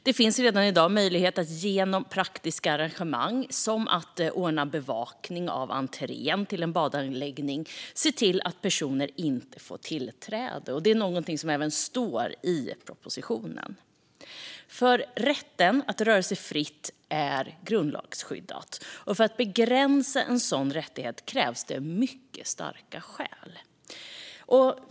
Det finns redan i dag möjlighet att genom praktiska arrangemang, som att ordna bevakning av entrén till en badanläggning, se till att personer inte får tillträde. Det är någonting som även står i propositionen. Rätten att röra sig fritt är grundlagsskyddad, och för att begränsa en sådan rättighet krävs det mycket starka skäl.